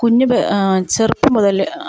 കുഞ്ഞില് ചെറുപ്പം മുതൽ